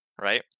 Right